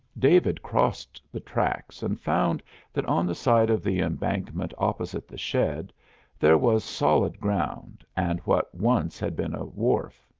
david crossed the tracks and found that on the side of the embankment opposite the shed there was solid ground and what once had been a wharf.